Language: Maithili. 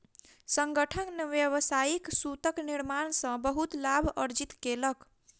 संगठन व्यावसायिक सूतक निर्माण सॅ बहुत लाभ अर्जित केलक